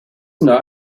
not